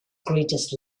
greatest